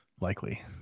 likely